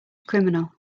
criminal